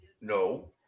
No